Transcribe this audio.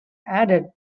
added